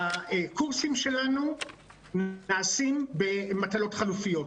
מהקורסים שלנו נעשים במטלות חלופיות,